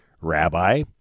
Rabbi